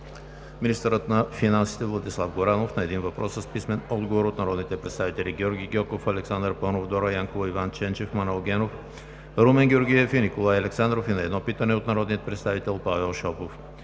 министърът на финансите Владислав Горанов – на един въпрос с писмен отговор от народните представители Георги Гьоков, Александър Паунов, Дора Янкова, Иван Ченчев, Манол Генов, Румен Георгиев и Николай Александров и на едно питане от народния представител Павел Шопов;